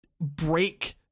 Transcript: break